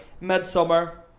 Midsummer